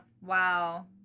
wow